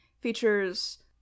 features